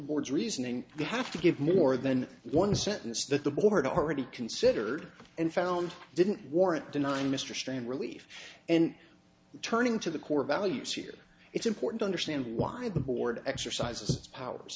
board's reasoning they have to give more than one sentence that the board already considered and found didn't warrant denying mr strain relief and turning to the core values here it's important understand why the board exercises powers